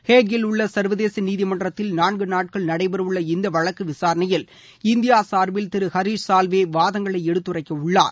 ஹேகில் உள்ள சர்வதேச நீதிமன்றத்தில் நான்கு நாட்கள் நடைபெறவுள்ள இந்த வழக்கு விசாரணையில் இந்தியா சார்பில் திரு ஹரீஷ் சால்வே வாதங்களை எடுத்துரைக்கவுள்ளார்